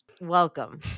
welcome